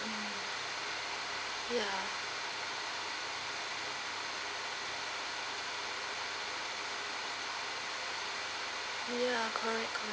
ya ya correct correct